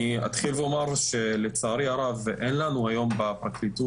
אני אתחיל ואומר שלצערי הרב אין לנו היום בפרקליטות